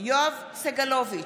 יואב סגלוביץ'